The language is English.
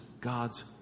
God's